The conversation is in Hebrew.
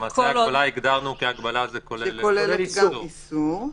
למעשה הגדרנו שהגבלה כוללת גם איסור.